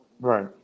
Right